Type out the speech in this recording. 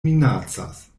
minacas